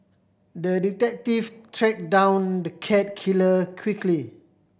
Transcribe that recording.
the detective track down the cat killer quickly